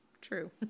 True